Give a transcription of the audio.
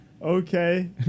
Okay